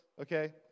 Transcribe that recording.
okay